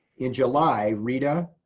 in july, rita,